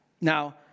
Now